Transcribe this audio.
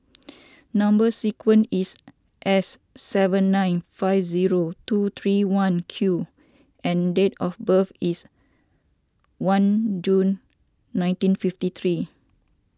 Number Sequence is S seven nine five zero two three one Q and date of birth is one June nineteen fifty three